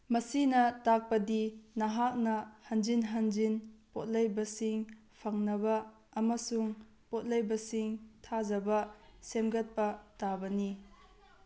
ꯃꯁꯤꯅ ꯇꯥꯛꯄꯗꯤ ꯅꯍꯥꯛꯅ ꯍꯟꯖꯤꯟ ꯍꯟꯖꯤꯟ ꯄꯣꯠ ꯂꯩꯕꯁꯤꯡ ꯐꯪꯅꯕ ꯑꯃꯁꯨꯡ ꯄꯣꯠ ꯂꯩꯕꯁꯤꯡ ꯊꯥꯖꯕ ꯁꯦꯝꯒꯠꯄ ꯇꯥꯕꯅꯤ